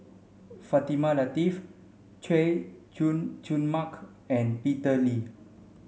Fatimah Lateef Chay Jung Jun Mark and Peter Lee